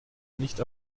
nicht